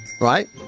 right